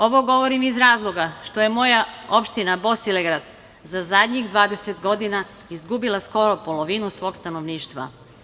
Ovo govorim iz razloga što je moja opština Bosilegrad za zadnjih 20 godina izgubila skoro polovinu svog stanovništva.